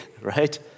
right